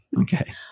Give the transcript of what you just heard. okay